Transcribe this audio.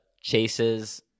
chases